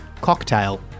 cocktail